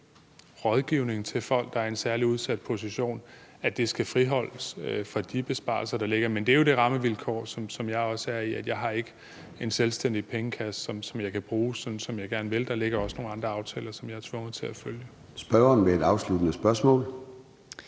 rådgivning til folk, der er i en særlig udsat position, skal friholdes fra de besparelser, der ligger. Men det er jo det rammevilkår, som jeg også er i; jeg har ikke en selvstændig pengekasse, som jeg kan bruge, som jeg gerne vil. Der ligger også nogle andre aftaler, som jeg er tvunget til at følge. Kl. 14:14 Formanden (Søren